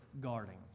guarding